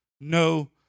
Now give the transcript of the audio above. no